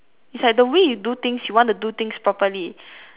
it's like the way you do things you want to do things properly